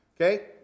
Okay